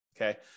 okay